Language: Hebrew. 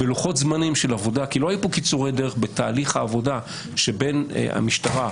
לא היו קיצורי דרך בתהליך העבודה בין המשטרה,